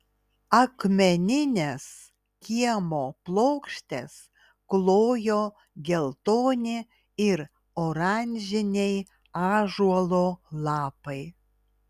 akmenines kiemo plokštes klojo geltoni ir oranžiniai ąžuolo lapai